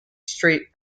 street